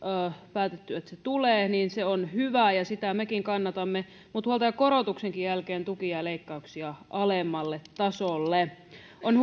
päätetty että se tulee on hyvä ja sitä mekin kannatamme mutta huoltajakorotuksenkin jälkeen tuki jää leikkauksia alemmalle tasolle on